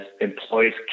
employees